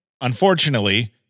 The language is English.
Unfortunately